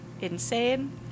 insane